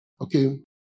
okay